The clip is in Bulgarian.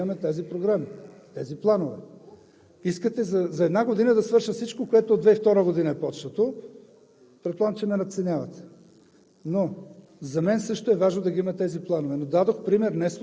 сме принудени да го направим. Поне свършете това нещо, за да можем да имаме тези програми, тези планове. Искате за една година да свърша всичко, което от 2002 г. е започнато. Предполагам, че ме надценявате.